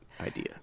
idea